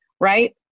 Right